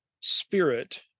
spirit